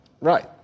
Right